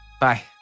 Bye